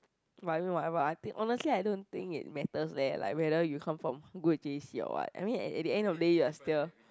but I mean whatever I think honestly I don't think it matters leh like whether you come from good J_C or what I mean at at the end of day you are still